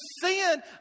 sin